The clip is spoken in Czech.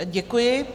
Děkuji.